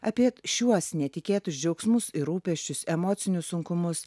apie šiuos netikėtus džiaugsmus ir rūpesčius emocinius sunkumus